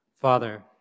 Father